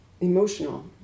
emotional